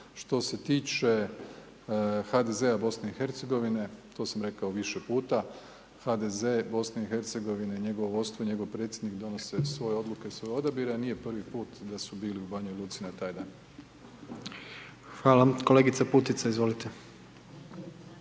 Što se tiče HDZ-a BiH, to sam rekao više puta, HDZ BiH, njegovo vodstvo, njegov predsjednik, donose svoje odluke i svoje odabire, nije prvi put da su bili u Banja Luci na taj dan. **Jandroković, Gordan